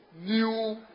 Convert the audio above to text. new